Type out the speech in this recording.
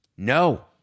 No